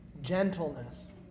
gentleness